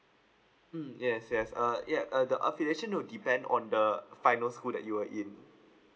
mm yes yes err yeah uh the affiliation will depend on the final school that you were in